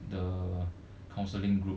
the counselling group